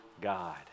God